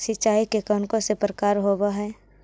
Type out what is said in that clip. सिंचाई के कौन कौन से प्रकार होब्है?